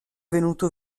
venuto